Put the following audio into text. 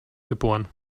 geboren